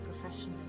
professionally